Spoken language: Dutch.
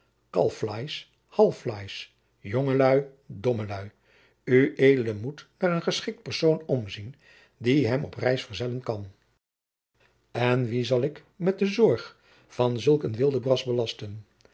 kalfvleis halfvleis jonge lui domme lui ued moet naar een geschikt persoon omzien die hem op reis verzellen kan en wien zal ik met de zorg van zulk een wildenbras belasten